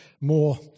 more